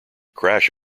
crash